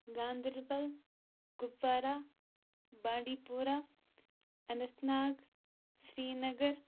Ganderbal Kupwara Bandipora Anantnag Srinagar